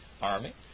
army